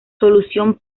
solución